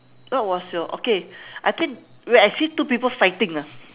what was your okay I think wait I see two people fighting ah